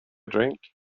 drink